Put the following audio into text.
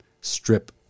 strip